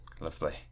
lovely